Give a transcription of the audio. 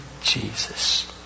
Jesus